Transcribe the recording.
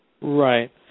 Right